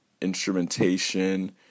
instrumentation